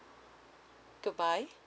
goodbye